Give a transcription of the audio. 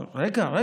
רגע.